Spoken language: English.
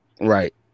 Right